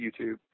YouTube